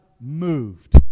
moved